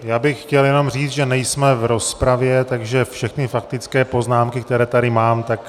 Já bych chtěl jenom říct, že nejsme v rozpravě, takže všechny faktické poznámky, které tady mám, mažu.